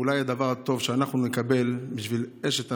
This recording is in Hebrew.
ואולי הדבר הטוב שאנחנו נקבל בשביל אשת הנשיא,